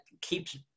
keeps